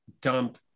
dump